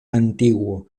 antiguo